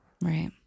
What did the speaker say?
Right